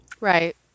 Right